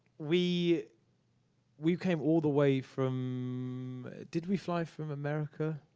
we we came all the way from did we fly from america,